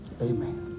Amen